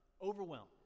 Overwhelmed